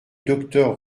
docteur